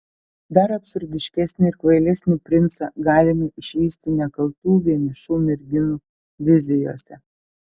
dar absurdiškesnį ir kvailesnį princą galime išvysti nekaltų vienišų merginų vizijose